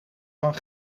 van